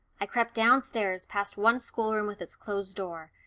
i crept downstairs, past one schoolroom with its closed door,